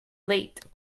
late